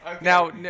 Now